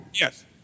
Yes